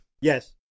Yes